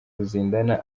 ruzindana